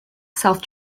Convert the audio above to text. self